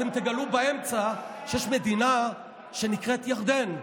אתם תגלו שבאמצע יש מדינה שנקראת ירדן,